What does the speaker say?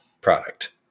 product